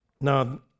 Now